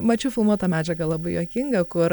mačiau filmuotą medžiagą labai juokingą kur